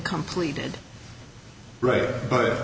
completed right but